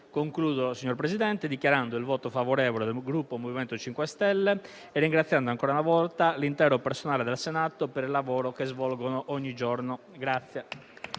Concludo, signor Presidente, dichiarando il voto favorevole del Gruppo MoVimento 5 Stelle e ringraziando ancora una volta l'intero personale del Senato per il lavoro che svolge ogni giorno.